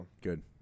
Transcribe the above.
Good